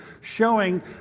showing